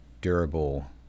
durable